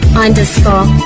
underscore